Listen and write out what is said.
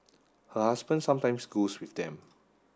her husband sometimes goes with them